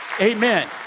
Amen